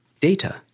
data